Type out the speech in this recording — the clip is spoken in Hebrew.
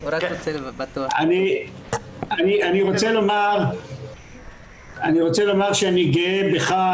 אני רוצה לומר שאני גאה בך,